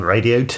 Radio